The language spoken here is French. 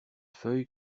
feuille